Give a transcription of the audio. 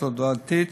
תודעתית,